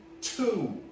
two